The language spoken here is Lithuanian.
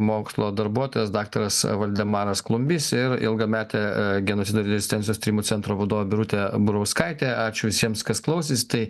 mokslo darbuotojas daktaras valdemaras klumbys ir ilgametė genocido ir rezistencijos tyrimų centro vadovė birutė burauskaitė ačiū visiems kas klausėsi tai